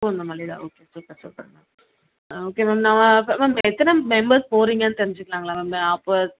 பூந்தமல்லியில okay super super ma'am okay ma'am நான் இப்போ ma'am எத்தனை மெம்பர்ஸ் போகறீங்கன்னு தெரிஞ்சிக்கலாங்களா மேம் அப்போ